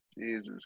jesus